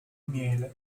miele